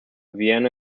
vienna